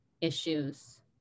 issues